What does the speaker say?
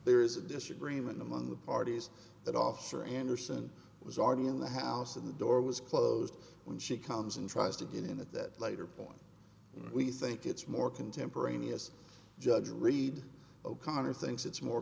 there is a disagreement among the parties that offer anderson was already in the house and the door was closed when she comes and tries to get into that later point we think it's more contemporaneous judge reed o'connor thinks it's more